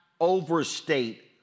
overstate